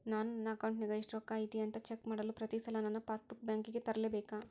ನಾನು ನನ್ನ ಅಕೌಂಟಿನಾಗ ಎಷ್ಟು ರೊಕ್ಕ ಐತಿ ಅಂತಾ ಚೆಕ್ ಮಾಡಲು ಪ್ರತಿ ಸಲ ನನ್ನ ಪಾಸ್ ಬುಕ್ ಬ್ಯಾಂಕಿಗೆ ತರಲೆಬೇಕಾ?